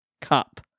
cup